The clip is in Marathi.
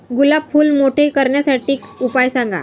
गुलाब फूल मोठे करण्यासाठी उपाय सांगा?